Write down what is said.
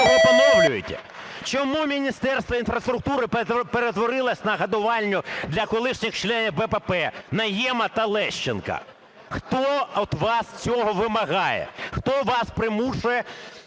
ви його поновлюєте? Чому Міністерство інфраструктури перетворилося на годувальню для колишніх членів БПП – Найєма та Лещенка? Хто від вас цього вимагає, хто вас примушує